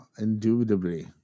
Indubitably